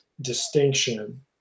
distinction